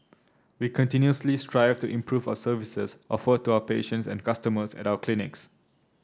we continuously strive to improve our services offered to our patients and customers at our clinics